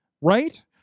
right